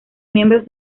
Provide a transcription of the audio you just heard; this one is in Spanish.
miembros